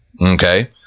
Okay